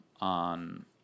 on